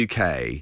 UK